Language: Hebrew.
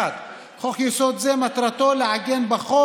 1. "חוק-יסוד זה, מטרתו לעגן בחוק"